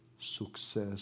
success